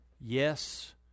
Yes